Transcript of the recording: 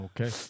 Okay